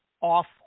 off